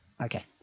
Okay